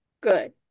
Good